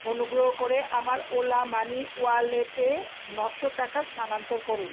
অনুগ্রহ করে আমার ওলা মানি ওয়ালেটে নশো টাকা স্থানান্তর করুন